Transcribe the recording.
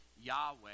Yahweh